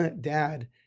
dad